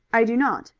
i do not.